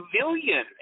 civilian